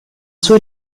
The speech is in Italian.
suo